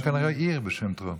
כנראה עיר בשם טרופ.